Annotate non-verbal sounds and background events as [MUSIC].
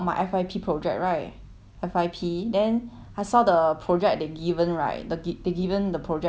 F_Y_P then I saw the project they given right the gi~ they given the project right is all about like [NOISE]